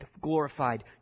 glorified